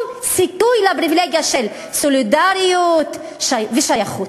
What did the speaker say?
סיכוי לפריבילגיה של סולידריות ושייכות.